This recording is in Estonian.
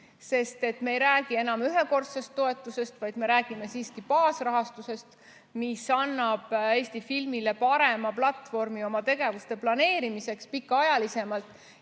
sest me ei räägi enam ühekordsest toetusest, vaid me räägime siiski baasrahastusest, mis annab Eesti filmile parema platvormi oma tegevuste planeerimiseks pikaajalisemalt